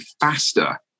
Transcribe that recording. faster